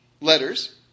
letters